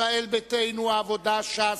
ישראל ביתנו, העבודה, ש"ס,